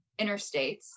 interstates